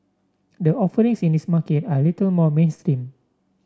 the offerings in this market are a little more mainstream